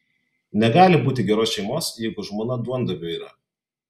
negali būti geros šeimos jeigu žmona duondaviu yra